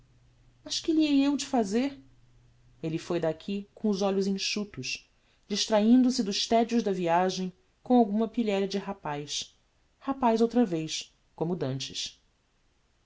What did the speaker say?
mas que lhe hei de eu fazer elle foi daqui com os olhos enxutos distrahindo se dos tedios da viagem com alguma pilheria de rapaz rapaz outra vez como dantes